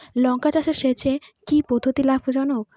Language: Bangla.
লঙ্কা চাষে সেচের কি পদ্ধতি লাভ জনক?